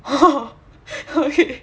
oh